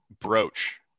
brooch